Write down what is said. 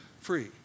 free